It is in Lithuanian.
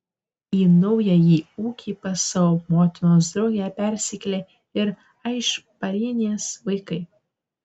į naująjį ūkį pas savo motinos draugę persikėlė ir aišparienės vaikai